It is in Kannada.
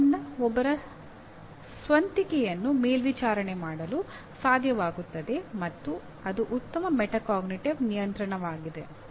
ಆದ್ದರಿಂದ ಒಬ್ಬರ ಸ್ವಂತಿಕೆಯನ್ನು ಮೇಲ್ವಿಚಾರಣೆ ಮಾಡಲು ಸಾಧ್ಯವಾಗುತ್ತದೆ ಮತ್ತು ಅದು ಉತ್ತಮ ಮೆಟಾಕಾಗ್ನಿಟಿವ್ ನಿಯಂತ್ರಣವಾಗಿದೆ